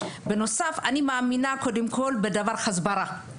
בנוסף, אני מאמינה, קודם כל, בהסברה.